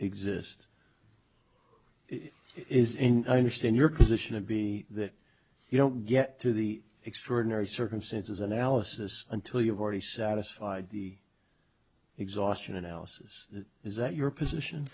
it is in i understand your position to be that you don't get to the extraordinary circumstances analysis until you've already satisfied the exhaustion analysis is that your position